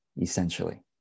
essentially